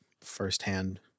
firsthand